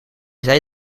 zei